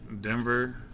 Denver